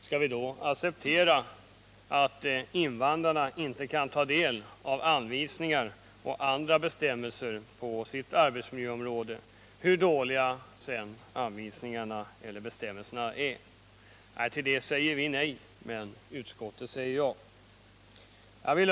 Skall vi då acceptera att invandrarna inte kan ta del av anvisningar och andra bestämmelser på arbetsmiljöområdet, hur dåliga dessa anvisningar och bestämmelser än är? Till det säger vi nej, men utskottet säger ja. Herr talman!